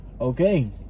Okay